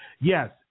Yes